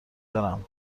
دارم